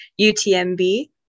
UTMB